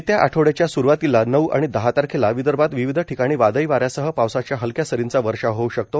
येत्या आठवड्याच्या सुरूवातीला नऊ आणि दहा तारखेला विदर्भात विविध ठिकाणी वादळी वाऱ्यासह पावसाच्या हलक्या सरींचा वर्षाव होऊ शकतो